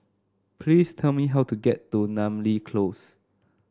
please tell me how to get to Namly Close